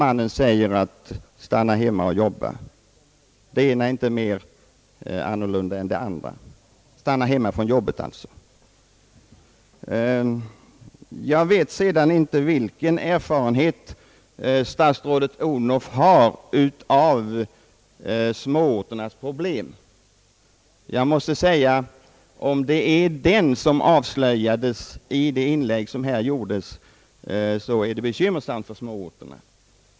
Mannen kan också då säga åt sin hustru att hon skall stanna hemma därför att skatten tar för mycket. Jag vet inte vilken erfarenhet statsrådet Odhnoff har av småorternas problem. Har statsrådet Odhnoff den erfarenhet, som avslöjades i det inlägg som statsrådet här gjorde, blir det bekymmersamt för småorterna.